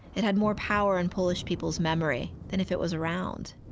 it had more power in polish people's memory than if it was around.